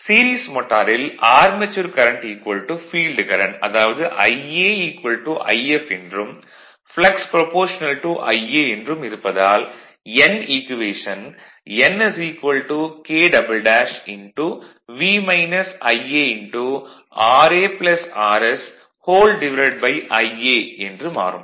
series மோட்டாரில் armature current field current அதாவது Ia If என்றும் ப்ளக்ஸ் α Ia என்றும் இருப்பதால் n equation n KV IaraRSIa என மாறும்